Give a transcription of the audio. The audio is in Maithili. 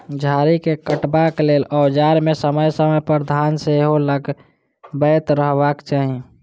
झाड़ी के काटबाक लेल औजार मे समय समय पर धार सेहो लगबैत रहबाक चाही